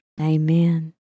Amen